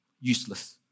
useless